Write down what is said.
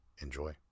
enjoy